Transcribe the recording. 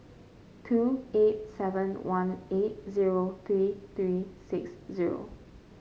two eight seven one eight zero three three six zero